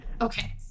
Okay